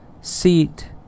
seat